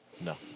No